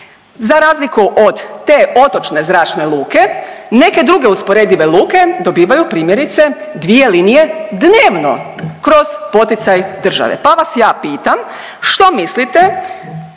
Za razliku od te otočne zračne luke neke druge usporedive luke dobivaju primjerice dvije linije dnevno kroz poticaj države. Pa vas ja pitam, što mislite